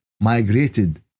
migrated